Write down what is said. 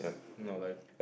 not like